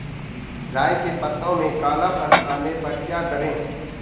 राई के पत्तों में काला पन आने पर क्या करें?